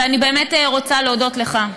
ואני באמת רוצה להודות לך,